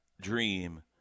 dream